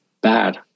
bad